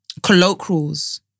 colloquials